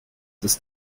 ist